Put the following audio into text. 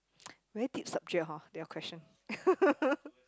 very deep subject hor your question